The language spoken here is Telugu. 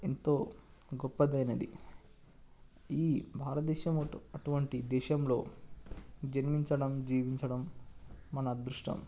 ఎంతో గొప్పదైనది ఈ భారతదేశం అటువంటి దేశంలో జన్మించడం జీవించడం మన అదృష్టం